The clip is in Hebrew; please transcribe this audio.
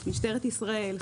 משטרת ישראל,